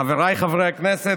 חבריי חברי הכנסת,